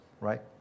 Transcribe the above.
right